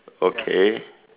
okay